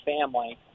family